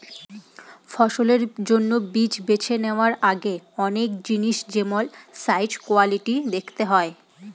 ফসলের জন্য বীজ বেছে নেওয়ার আগে অনেক জিনিস যেমল সাইজ, কোয়ালিটি দেখতে হয়